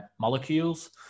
molecules